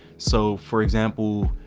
so for example,